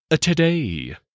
Today